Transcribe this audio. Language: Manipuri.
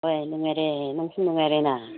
ꯍꯣꯏ ꯅꯨꯡꯉꯥꯏꯔꯦ ꯅꯪꯁꯨ ꯅꯨꯡꯉꯥꯏꯔꯦꯅ